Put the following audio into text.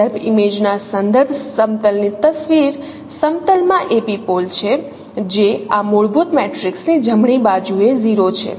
સંદર્ભ ઈમેજ માં સંદર્ભ સમતલની તસવીર સમતલમાં એપિપોલ છે જે આ મૂળભૂત મેટ્રિક્સની જમણી બાજુ એ 0 છે